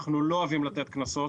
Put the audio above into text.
אנחנו לא אוהבים לתת קנסות.